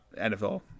NFL